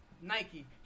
Nike